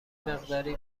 مقداری